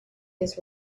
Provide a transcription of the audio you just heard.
his